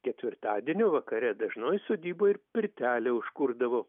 ketvirtadienį vakare dažnoj sodyboj ir pirtelę užkurdavo